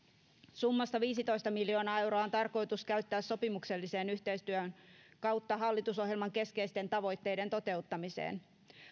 summasta viisitoista miljoonaa euroa on tarkoitus käyttää sopimuksellisen yhteistyön kautta hallitusohjelman keskeisten tavoitteiden toteuttamiseen